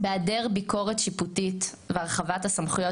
בהיעדר ביקורת שיפוטית והרחבת הסמכויות